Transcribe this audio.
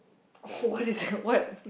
what